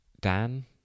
dan